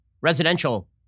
residential